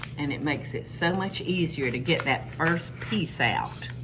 and it makes it so much easier to get that first piece out.